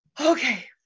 okay